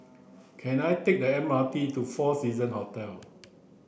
can I take the M R T to Four Seasons Hotel